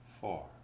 four